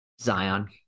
Zion